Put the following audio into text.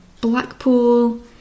Blackpool